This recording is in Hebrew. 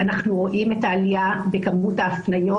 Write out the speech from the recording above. אם רוצים לעקוב אחרי מדיניות שיפוטית,